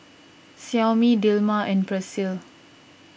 Xiaomi Dilmah and Persil